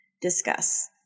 discuss